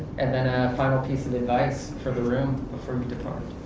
and then a final piece of advice for the room before